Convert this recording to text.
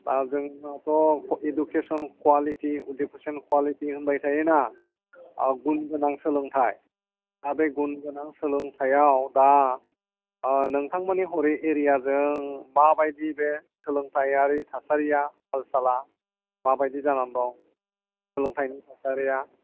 दा जोंनाथ education quality education quality होनबाय थायोना गुन गोनां सोलोंथाइ दा बे गुन गोनां सोलोंथाइयाव दा नोंथांमोननि हरै एरियाजों माबायदि बे सोलोंथाइयारि थासारिया हाल साला माबायदि जानानै दं सोलोंथाइनि थासारिया